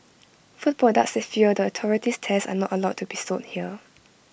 food products that fail the authority's tests are not allowed to be sold here